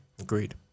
Agreed